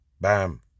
Bam